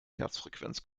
herzfrequenz